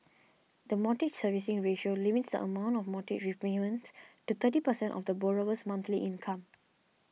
the Mortgage Servicing Ratio limits the amount for mortgage repayments to thirty percent of the borrower's monthly income